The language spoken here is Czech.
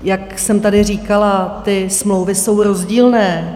Jak jsem tady říkala, ty smlouvy jsou rozdílné.